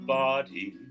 body